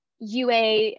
UA